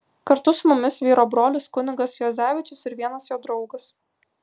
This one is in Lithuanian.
kartu su mumis vyro brolis kunigas juozevičius ir vienas jo draugas